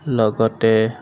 লগতে